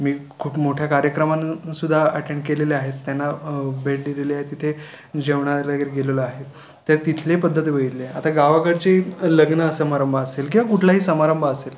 मी खूप मोठ्या कार्यक्रमान सुध्दा अटेंड केलेले आहेत त्यांना भेटी दिली आहे तिथे जेवणाला वगैरे गेलेलो आहे तर तिथले पद्धती बघितली आहे आता गावाकडची लग्नसमारंभ असेल किंवा कुठलाही समारंभ असेल